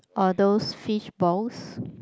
or those fishballs